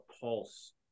Pulse